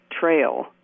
trail